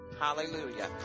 Hallelujah